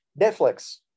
Netflix